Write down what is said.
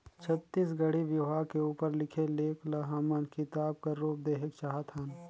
छत्तीसगढ़ी बिहाव के उपर लिखे लेख ल हमन किताब कर रूप देहेक चाहत हन